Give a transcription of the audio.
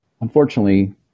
unfortunately